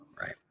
Right